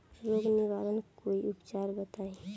रोग निवारन कोई उपचार बताई?